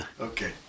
Okay